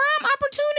opportunity